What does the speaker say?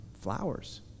flowers